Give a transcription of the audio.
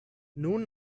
nun